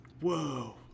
Whoa